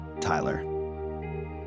Tyler